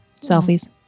selfies